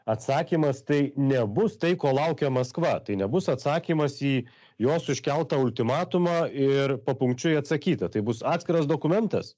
atsakymas tai nebus tai ko laukia maskva tai nebus atsakymas į jos iškeltą ultimatumą ir papunkčiui atsakyta tai bus atskiras dokumentas